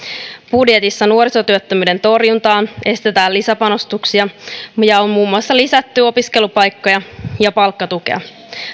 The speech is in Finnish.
budjetissa nuorisotyöttömyyden torjuntaan esitetään lisäpanostuksia ja on muun muassa lisätty opiskelupaikkoja ja palkkatukea